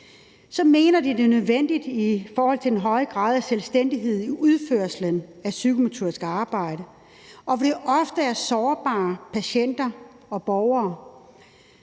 mener de, at det er nødvendigt i forhold til den høje grad af selvstændighed i udførelsen af psykomotorisk arbejde, og hvor det ofte er sårbare patienter og borgere,